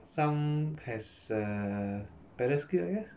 some has err better skill I guess